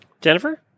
Jennifer